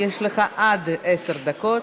יש לך עד עשר דקות.